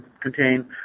contain